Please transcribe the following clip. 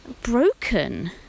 broken